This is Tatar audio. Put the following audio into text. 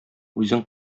үзең